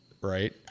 Right